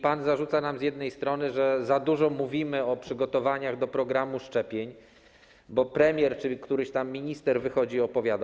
Pan zarzuca nam z jednej strony, że za dużo mówimy o przygotowaniach do programu szczepień, bo premier czy któryś tam minister wychodzi i o tym opowiada.